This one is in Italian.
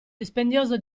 dispendioso